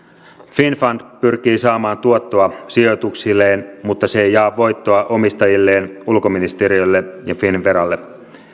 finnfund pyrkii saamaan tuottoa sijoituksilleen mutta se ei jaa voittoa omistajilleen ulkoministeriölle ja finnveralle